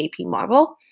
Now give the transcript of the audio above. apmarvel